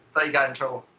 but you got in trouble